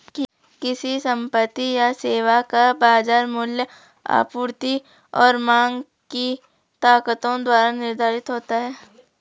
किसी संपत्ति या सेवा का बाजार मूल्य आपूर्ति और मांग की ताकतों द्वारा निर्धारित होता है